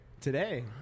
today